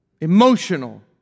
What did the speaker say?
Emotional